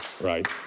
Right